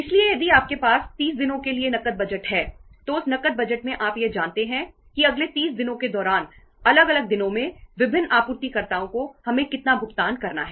इसलिए यदि आपके पास 30 दिनों के लिए नकद बजट है तो उस नकद बजट में आप यह जानते हैं कि अगले 30 दिनों के दौरान अलग अलग दिनों में विभिन्न आपूर्तिकर्ताओं को हमें कितना भुगतान करना है